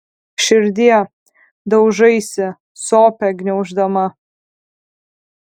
širdie daužaisi sopę gniauždama